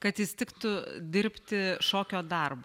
kad jis tiktų dirbti šokio darbą